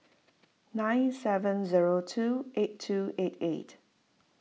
nine seven zero two eight two eight eight